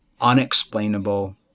unexplainable